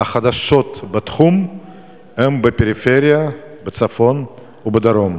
החדשות בתחום הן בפריפריה בצפון ובדרום?